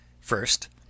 First